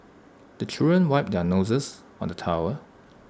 the children wipe their noses on the towel